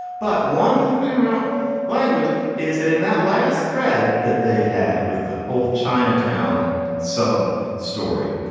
but one thing about language is that in that last thread that they had with the whole chinatown sub story,